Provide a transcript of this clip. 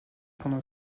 pendant